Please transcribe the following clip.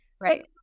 Right